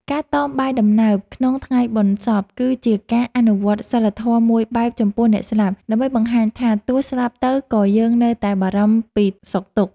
ការតមបាយដំណើបក្នុងថ្ងៃបុណ្យសព គឺជាការអនុវត្តសីលធម៌មួយបែបចំពោះអ្នកស្លាប់ ដើម្បីបង្ហាញថាទោះស្លាប់ទៅក៏យើងនៅតែបារម្ភពីសុខទុក្ខ។